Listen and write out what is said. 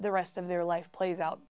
the rest of their life plays out